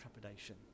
trepidation